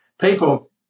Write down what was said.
people